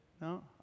no